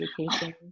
education